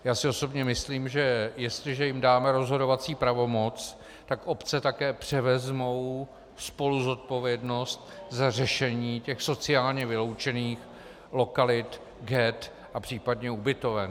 Já si osobně myslím, že jestliže jim dáme rozhodovací pravomoc, tak obce také převezmou spoluzodpovědnost za řešení těch sociálně vyloučených lokalit, ghett a případně ubytoven.